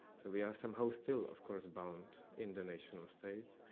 so we are somehow still of course bound in the national state,